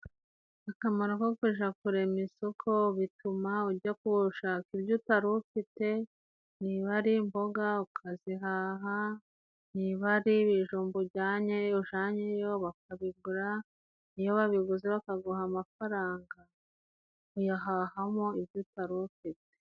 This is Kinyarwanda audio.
Akamaro ko kuja kurema isoko bituma ujya gushaka ibyo utari ufite ,nibari imboga ukazihaha, niba ari ibijumba ujanye ujanyeyo bakabigura, iyo babiguze bakaguha amafaranga uyahahamo ibyo utari ufite.